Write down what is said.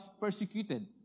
persecuted